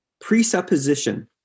presupposition